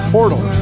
Portal